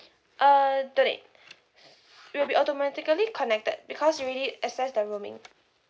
uh don't need it'll be also automatically connected because you already access the roaming